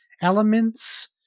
elements